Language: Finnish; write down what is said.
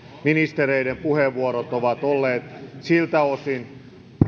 ministereiden puheenvuorot ovat olleet siltä osin